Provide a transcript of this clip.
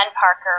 Parker